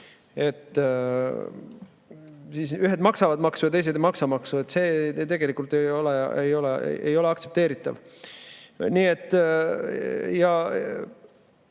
Siis ühed maksavad maksu ja teised ei maksa maksu. See tegelikult ei ole aktsepteeritav. Tegelikult